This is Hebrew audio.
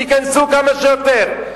תיכנסו כמה שיותר.